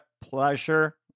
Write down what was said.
pleasure